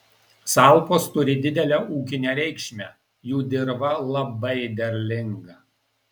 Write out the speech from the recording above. salpos turi didelę ūkinę reikšmę jų dirva labai derlinga